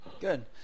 Good